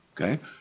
okay